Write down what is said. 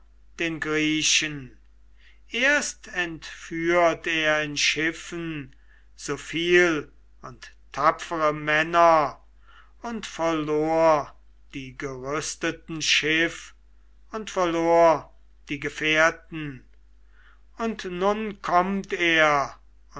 den griechen erst entführt er in schiffen so viel und tapfere männer und verlor die gerüsteten schiff und verlor die gefährten und nun kommt er